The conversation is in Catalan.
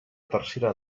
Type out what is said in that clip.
tercera